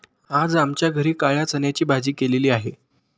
आज आमच्या घरी काळ्या चण्याची भाजी केलेली आहे